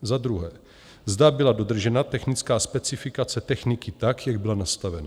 Za druhé, zda byla dodržena technická specifikace techniky tak, jak byla nastavena?